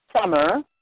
summer